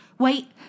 Wait